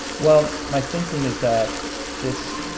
well, my thinking is that this,